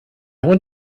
want